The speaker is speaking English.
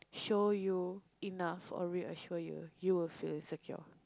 show you enough or reassure you you will feel insecure